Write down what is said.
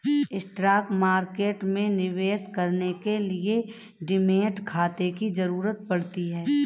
stock market में निवेश करने के लिए डीमैट खाता की जरुरत पड़ती है